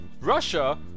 Russia